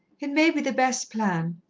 it may be the best plan.